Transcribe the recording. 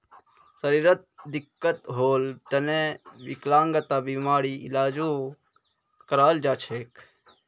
शरीरत दिक्कत होल तने विकलांगता बीमार इलाजो कराल जा छेक